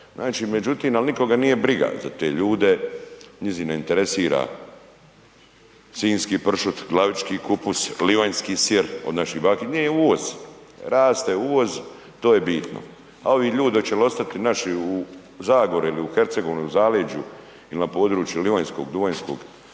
Znači, međutim, ali nikoga nije briga za te ljude. … /ne razumije se/… interesira sinjski pršut, glavički kupus, livanjski sir od naših … /ne razumije se/… nije uvoz. Raste uvoz to je bitno, a ovi ljudi hoće li ostati naši u Zagori ili u Hercegovini, u zaleđu ili na području livanjskog, duvanjskog